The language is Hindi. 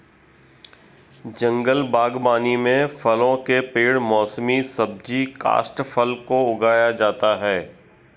जंगल बागवानी में फलों के पेड़ मौसमी सब्जी काष्ठफल को उगाया जाता है